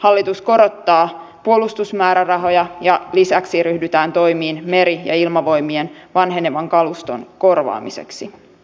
hallitus korottaa puolustusmäärärahoja ja lisäksi ryhdytään toimiin meri ja ilmavoimien vanhenevan kaluston korvaamiseksi